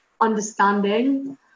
understanding